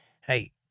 Hey